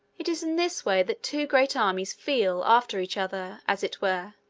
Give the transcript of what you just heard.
it is in this way that two great armies feel after each other, as it were,